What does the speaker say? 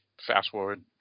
fast-forward